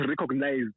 recognize